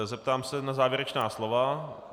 Zeptám se na závěrečná slova.